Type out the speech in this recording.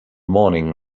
morning